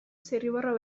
zirriborro